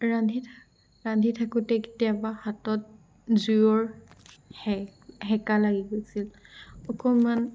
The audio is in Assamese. ৰান্ধি থা ৰান্ধি থাকোতে কেতিয়াবা হাতত জুইৰ সেক সেকা লাগি গৈছিল অকণমান